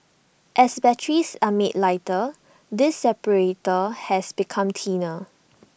as batteries are made lighter this separator has become thinner